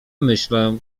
myślę